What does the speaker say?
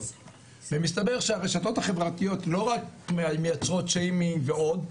ומסתבר שהרשתות החברתיות לא רק מייצרות שיימינג ועוד,